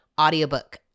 audiobook